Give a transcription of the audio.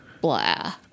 Blah